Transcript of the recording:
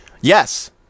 Yes